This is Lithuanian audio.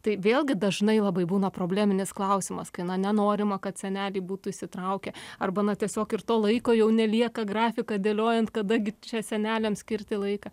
tai vėlgi dažnai labai būna probleminis klausimas kai nenorima kad seneliai būtų įsitraukę arba na tiesiog ir to laiko jau nelieka grafiką dėliojant kada gi čia seneliams skirti laiką